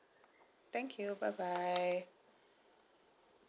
thank you bye bye